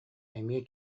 эмиэ